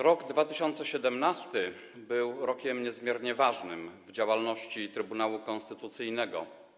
Rok 2017 był rokiem niezmiernie ważnym w działalności Trybunału Konstytucyjnego.